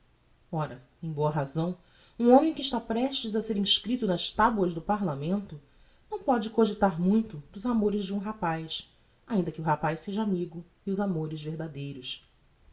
ora em boa razão um homem que está prestes a ser inscripto nas tabuas do parlamento não póde cogitar muito dos amores de um rapaz ainda que o rapaz seja amigo e os amores verdadeiros